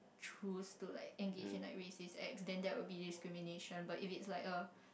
choose to like engage in like racist acts then that will be discrimination but if it like er